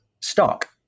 stock